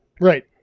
Right